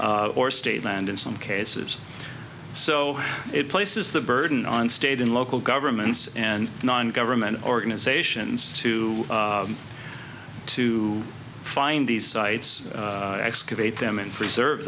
or state land in some cases so it places the burden on state and local governments and non government organizations to to find these sites excavate them and preserve